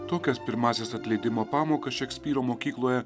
tokias pirmąsias atleidimo pamokas šekspyro mokykloje